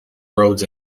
roads